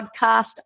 podcast